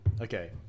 Okay